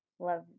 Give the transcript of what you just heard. love